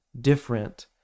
different